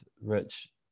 Rich